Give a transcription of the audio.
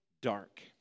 dark